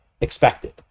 expected